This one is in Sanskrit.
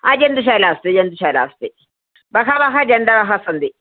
जन्तुशाला अस्ति जन्तुशाला अस्ति बहवः जन्तवः सन्ति